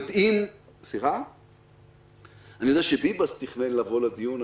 אני יודע שחיים ביבס תכנן לבוא לדיון,